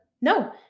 No